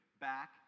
back